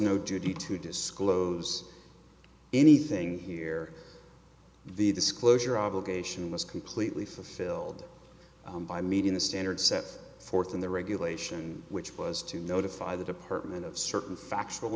no duty to disclose anything here the disclosure obligation was completely fulfilled by meeting the standards set forth in the regulation which was to notify the department of certain factual